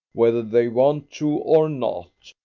whether they want to or not,